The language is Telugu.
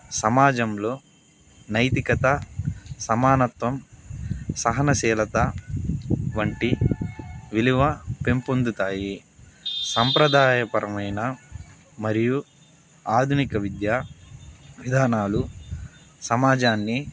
సమాజంలో నైతికత సమానత్వం సహనశీలత వంటి విలువ పెంపొందుతాయి సంప్రదాయ పరమైన మరియు ఆధునిక విద్య విధానాలు సమాజాన్ని